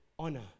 honor